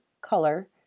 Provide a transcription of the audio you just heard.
color